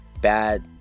bad